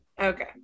Okay